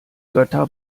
götter